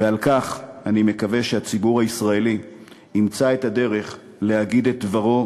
ועל כך אני מקווה שהציבור הישראלי ימצא את הדרך להגיד את דברו,